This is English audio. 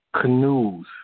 canoes